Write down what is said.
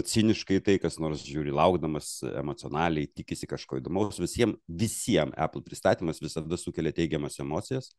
ciniškai į tai kas nors žiūri laukdamas emocionaliai tikisi kažko įdomaus visiem visiem apple pristatymas visada sukelia teigiamas emocijas